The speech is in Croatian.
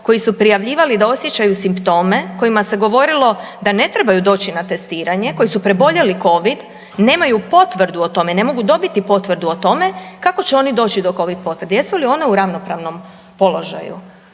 koji su prijavljivali da osjećaju simptome kojima se govorilo da ne trebaju doći na testiranje koji su preboljeli covid, nemaju potvrdu o tome, ne mogu dobiti potvrdu o tome, kako će oni doći do covid potvrde. Jesu li one u ravnopravnom položaju.